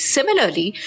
Similarly